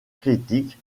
critique